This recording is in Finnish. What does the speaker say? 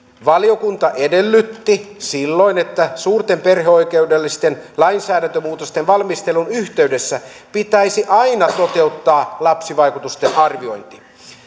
valiokunta edellytti silloin että suurten perheoikeudellisten lainsäädäntömuutosten valmistelun yhteydessä pitäisi aina toteuttaa lapsivaikutusten arviointi